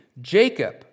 Jacob